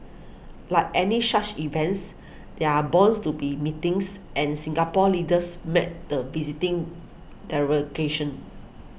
like any such events there are bounds to be meetings and Singapore's leaders met the visiting delegation